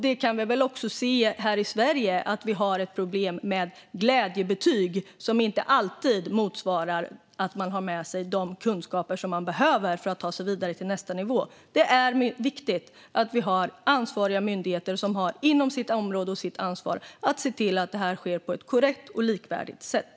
Vi kan också här i Sverige se att vi har ett problem med glädjebetyg, som inte alltid betyder att man har med sig de kunskaper man behöver för att ta sig vidare till nästa nivå. Det är viktigt att vi har myndigheter som har som sitt område och sitt ansvar att se till att detta sker på ett korrekt och likvärdigt sätt.